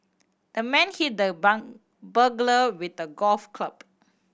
the man hit the burglar with a golf club